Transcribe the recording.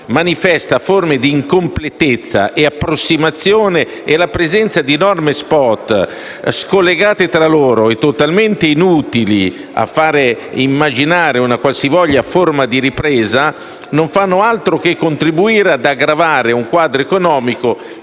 manifesta forme di incompletezza e approssimazione e la presenza di norme *spot*, scollegate tra loro e totalmente inutili a fare immaginare una qualsivoglia forma di ripresa e non fa altro che aggravare un quadro economico